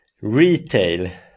Retail